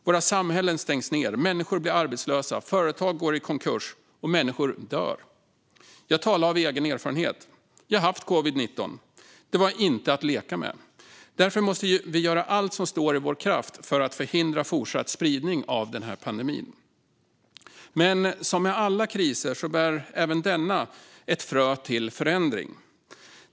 Våra samhällen stängs ned, människor blir arbetslösa, företag går i konkurs och människor dör. Jag talar av egen erfarenhet; jag har haft covid-19, och det var inte att leka med. Därför måste vi göra allt som står i vår kraft för att förhindra fortsatt spridning av den här sjukdomen. Som alla kriser bär dock även denna ett frö till förändring.